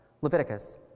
Leviticus